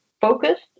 focused